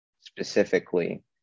specifically